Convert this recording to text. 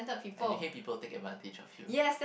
and you hate people take advantage of you